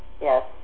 Yes